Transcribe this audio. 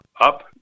up